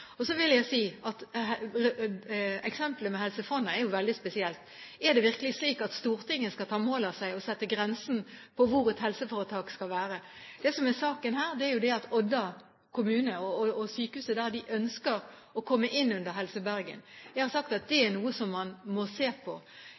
skjer. Så vil jeg si at eksemplet med Helse Fonna er veldig spesielt. Er det virkelig slik at Stortinget skal ta mål av seg til å sette grensen for hvor et helseforetak skal være? Det som er saken her, er at Odda kommune og sykehuset der ønsker å komme inn under Helse Bergen. Jeg har sagt at det